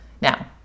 Now